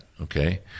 okay